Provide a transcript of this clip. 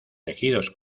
tejidos